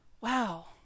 Wow